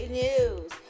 news